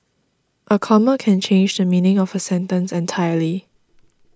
a comma can change the meaning of a sentence entirely